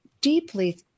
deeply